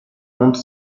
honte